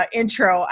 intro